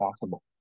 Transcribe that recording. possible